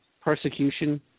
persecution